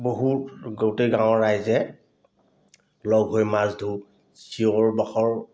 বহুত গোটেই গাঁৱৰ ৰাইজে লগ হৈ মাছ ধৰোঁ চিঞৰ বাখৰ